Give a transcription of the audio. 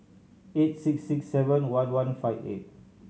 eight six six seven one one five eight